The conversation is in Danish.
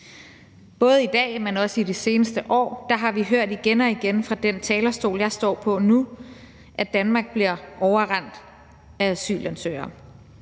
Både i dag, men også i de seneste år har vi hørt igen og igen fra den talerstol, jeg står på nu, at Danmark bliver overrendt af asylansøgere.